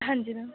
ਹਾਂਜੀ ਮੈਮ